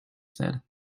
said